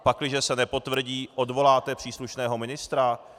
Pakliže se nepotvrdí, odvoláte příslušného ministra?